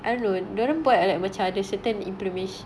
unknown doesn't put like mature discipline implements